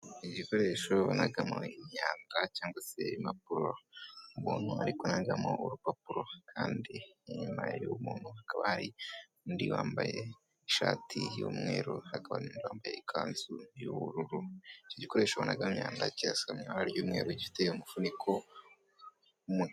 Igikoresho banagamo imyanda cyangwa se impapuro, umuntu ari kunagamo urupapuro kandi inyuma yuwo muntu hakaba hari undi wambaye ishati y'umweru hakaba n'uwambaye ikanzu y'ubururu. Iki gikoresho banagamo imyanda kirasa mu ibara ry'umweru gifite umufuniko w'umukara.